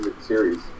series